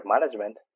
management